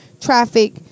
traffic